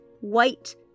white